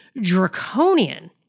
draconian